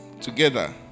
together